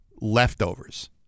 leftovers